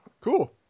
Cool